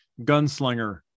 gunslinger